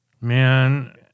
Man